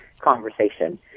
conversation